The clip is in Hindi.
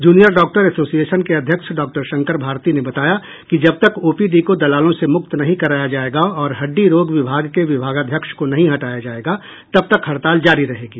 जूनियर डॉक्टर एसोसिएशन के अध्यक्ष डॉक्टर शंकर भारती ने बताया कि जब तक ओपीडी को दलालों से मुक्त नहीं कराया जाएगा और हड्डी रोग विभाग के विभागाध्यक्ष को नहीं हटाया जाएगा तब तक हड़ताल जारी रहेगी